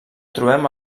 trobem